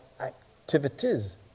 activities